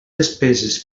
despeses